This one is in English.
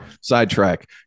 Sidetrack